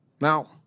Now